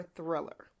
Thriller